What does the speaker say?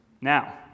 Now